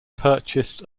purchased